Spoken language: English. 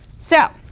so,